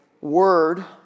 word